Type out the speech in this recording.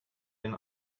den